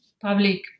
public